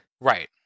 Right